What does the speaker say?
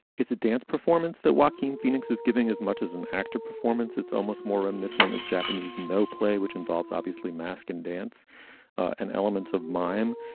it's a dance performance that walking phoenix's giving as much as an actor performance it's almost more reminiscent of japanese no play which involves obviously mask and dance and elements of mime